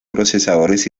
procesadores